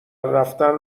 رفتن